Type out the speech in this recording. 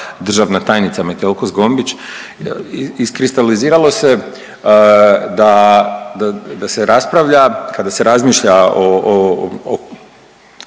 državna tajnica Metelko-Zgombić iskristaliziralo se da se raspravlja kada se razmišlja o